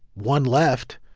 one left.